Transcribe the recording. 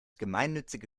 gemeinnützige